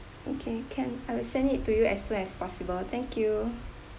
okay can I will send it to you as soon as possible thank you